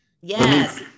Yes